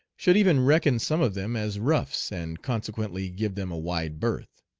should even reckon some of them as roughs, and consequently give them a wide berth.